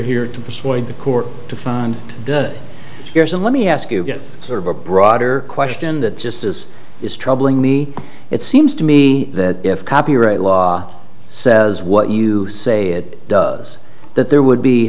here to persuade the court to found here's a let me ask you gets sort of a broader question that just as is troubling me it seems to me that if copyright law says what you say it does that there would be